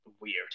weird